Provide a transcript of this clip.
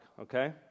Okay